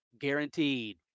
guaranteed